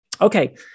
Okay